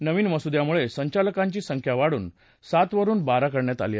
नवीन मसुद्यामुळे संचालकांची संख्या वाढून सातवरुन बारा करण्यात आली आहे